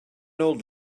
old